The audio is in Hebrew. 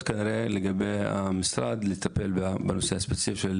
כנראה לגבי המשרד לטפל בנושא הספציפי של